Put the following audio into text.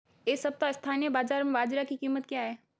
इस सप्ताह स्थानीय बाज़ार में बाजरा की कीमत क्या है?